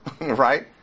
right